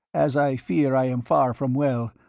as i fear i am far from well,